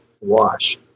wash